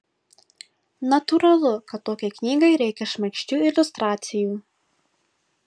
natūralu kad tokiai knygai reikia šmaikščių iliustracijų